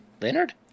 Leonard